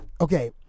okay